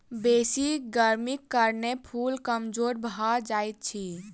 बेसी गर्मीक कारणें फूल कमजोर भअ जाइत अछि